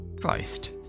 Christ